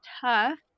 tough